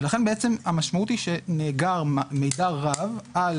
ולכן בעצם המשמעות היא שנאגר מידע רב על